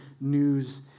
news